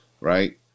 right